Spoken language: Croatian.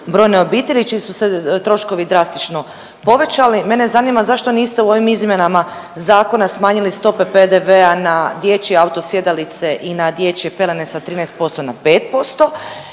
brojne obitelji čiji su se troškovi drastično povećali. Mene zanima zašto niste u ovim izmjenama zakona smanjili stope PDV-a na dječje auto sjedalice i na dječje pelene sa 13% na 5%,